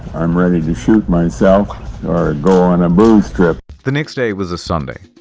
i'm ready to shoot myself, or go on a booze trip. the next day was a sunday.